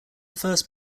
first